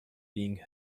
being